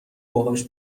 باهاش